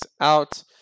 out